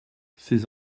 ces